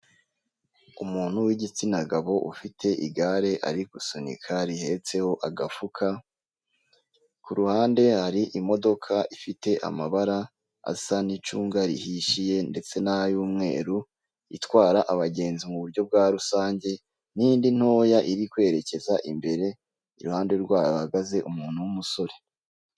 Umuntu w'igitsina gabo ufite igare ari gusunika rihetseho agafuka ku ruhande hari imodoka ifite amabara asa n'icunga rihishije ndetse nay'umweru itwara abagenzi mu buryo bwa rusange n'indi ntoya iri kwerekeza imbere iruhande rwayo hahagaze umuntu w'umusore .